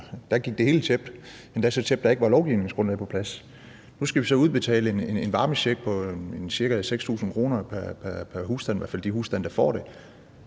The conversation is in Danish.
Da gik det hele tjept, endda så tjept, at der ikke var lovgrundlag på plads. Nu skal vi så udbetale en varmecheck på en ca. 6.000 kr. pr. husstand – i hvert fald de husstande, der får det